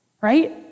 right